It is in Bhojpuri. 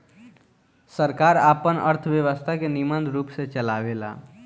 सरकार आपन अर्थव्यवस्था के निमन रूप से चलावेला